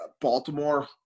Baltimore